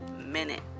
minute